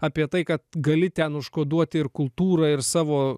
apie tai kad gali ten užkoduoti ir kultūrą ir savo